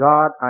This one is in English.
God